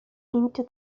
into